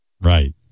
Right